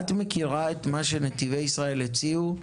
את מכירה את מה שנתיבי ישראל הציעו?